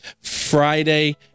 Friday